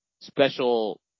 special